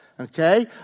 Okay